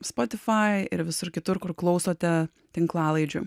spotify ir visur kitur kur klausote tinklalaidžių